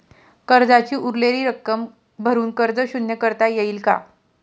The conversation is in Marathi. कर्जाची उरलेली रक्कम भरून कर्ज शून्य करता येईल का?